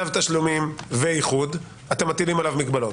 צו תשלומים ואיחוד, אתם מטילים עליו מגבלות.